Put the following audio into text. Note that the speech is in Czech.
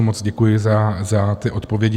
Moc děkuji za ty odpovědi.